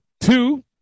two